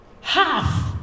Half